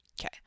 Okay